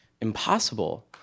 impossible